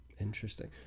Interesting